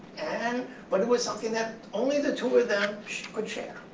and but it was something that only the two of them could share.